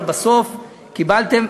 אבל בסוף קיבלתם.